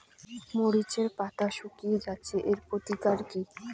মরিচের পাতা শুকিয়ে যাচ্ছে এর প্রতিকার কি?